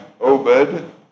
Obed